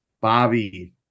Bobby